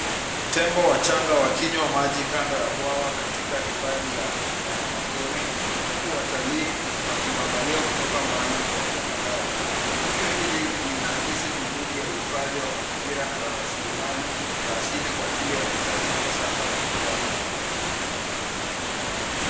Tembo wachanga wakinywa maji kando ya bwawa katika hifadhi ya wanyamapori huku watalii wakiwaangalia kutoka mbali kwa tahadhari. Tukio hili linaakisi juhudi ya uhifadhi wa mazingira na rasilimali za asili kwa ajili ya vizazi vya sasa na vijavyo.